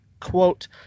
quote